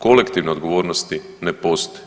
Kolektivne odgovornosti ne postoje.